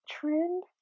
trend